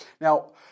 Now